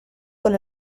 con